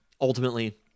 ultimately